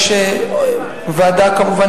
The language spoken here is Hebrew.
כמובן,